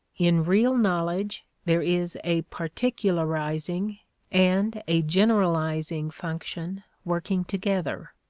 in real knowledge, there is a particularizing and a generalizing function working together.